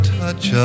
touch